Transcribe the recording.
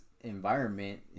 environment